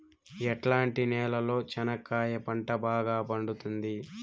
ఎట్లాంటి నేలలో చెనక్కాయ పంట బాగా పండుతుంది?